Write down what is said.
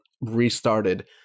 restarted